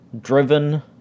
driven